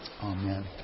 Amen